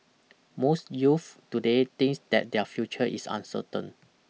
most youths today think that their future is uncertain